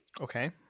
Okay